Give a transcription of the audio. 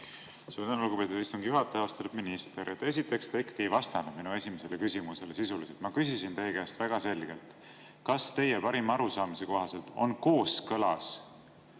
Suur tänu, lugupeetud istungi juhataja! Austatud minister! Esiteks, te ikkagi ei vastanud minu esimesele küsimusele sisuliselt. Ma küsisin teie käest väga selgelt, kas teie parima arusaamise kohaselt on kooskõlas